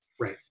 Right